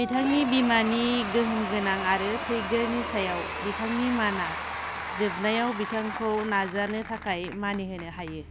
बिथांनि बिमानि गोहोमगोनां आरो टैगोरनि सायाव बिथांनि मानआ जोबनायाव बिथांखौ नाजानो थाखाय मानिहोनो हायो